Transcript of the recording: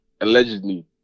allegedly